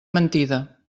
mentida